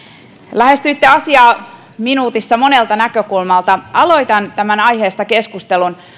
lähestyitte asiaa minuutissa monelta näkökulmalta aloitan tästä aiheesta keskustelun